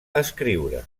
escriure